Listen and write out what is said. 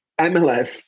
MLF